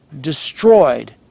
destroyed